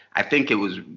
i think it was